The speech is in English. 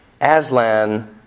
Aslan